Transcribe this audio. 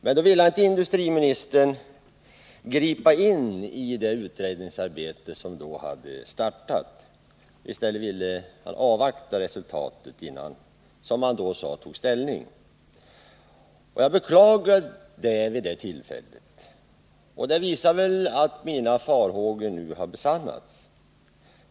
Men då ville industriministern inte gripa in i det utredningsarbete som man redan hade startat. Han ville först avvakta resultatet av detta för att först därefter, som han sade, ta ställning, något som jag vid det tillfället beklagade. Det visar sig nu att mina farhågor har besannats.